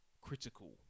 critical